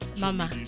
mama